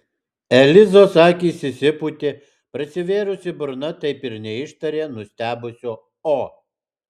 elizos akys išsipūtė prasivėrusi burna taip ir neištarė nustebusio o